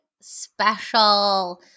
special